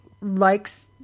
likes